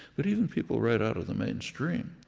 but even people right out of the mainstream,